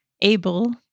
able